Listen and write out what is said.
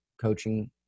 coaching